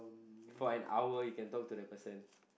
for an hour you can talk to that person